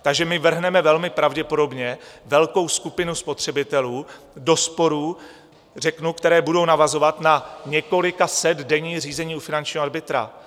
Takže my vrhneme velmi pravděpodobně velkou skupinu spotřebitelů do sporů, které řeknu budou navazovat na několikasetdenní řízení u finančního arbitra.